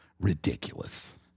ridiculous